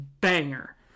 banger